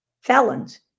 felons